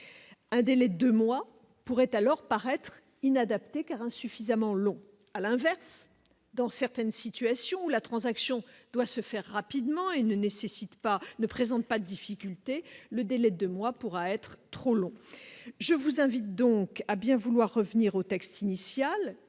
un délai de 2 mois pour être alors paraître inadaptée car insuffisamment long à l'inverse, dans certaines situations, la transaction doit se faire rapidement et ne nécessite pas, ne présente pas difficulté le délai de mois pourra être trop long, je vous invite donc à bien vouloir revenir au texte initial